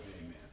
Amen